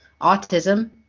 autism